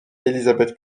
elizabeth